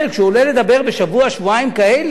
כשהוא עולה לדבר בשבוע-שבועיים כאלה,